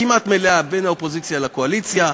כמעט מלאה בין האופוזיציה לקואליציה,